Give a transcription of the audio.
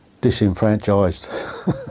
disenfranchised